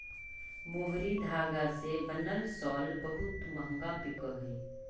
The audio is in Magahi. मोहरी धागा से बनल शॉल बहुत मँहगा बिकऽ हई